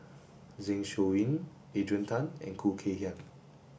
Zeng Shouyin Adrian Tan and Khoo Kay Hian